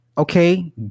okay